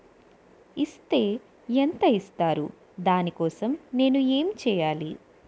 Is తే ఎంత ఇస్తారు దాని కోసం నేను ఎంచ్యేయాలి?